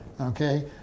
Okay